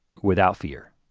without fear,